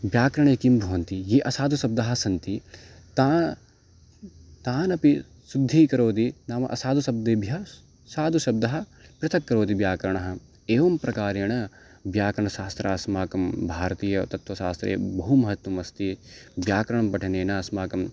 व्याकरणे किं भवति ये असाधुः शब्दाः सन्ति ता तानपि शुद्धीकरोति नाम असाधुः शब्देभ्यः साधुः शब्दः पृथक्करोति व्याकरणः एवं प्रकारेण व्याकरणशास्त्रम् अस्माकं भारतीयतत्त्वशास्त्रे बहु महत्वम् अस्ति व्याकरणं पठनेन अस्माकम्